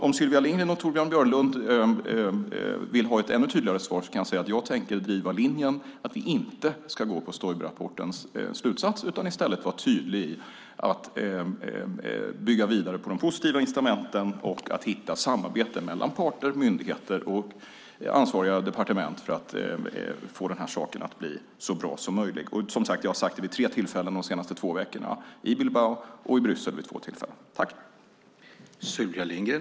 Om Sylvia Lindgren och Torbjörn Björlund vill ha ett ännu tydligare svar kan jag säga att jag tänker driva linjen att vi inte ska gå på Stoiberrapportens slutsatser utan i stället vara tydliga med att vi vill bygga vidare på de positiva incitamenten och hitta samarbeten mellan parter, myndigheter och ansvariga departement för att få den här saken att bli så bra som möjligt. Som sagt, jag har sagt det vid tre tillfällen de senaste två veckorna, i Bilbao och vid två tillfällen i Bryssel.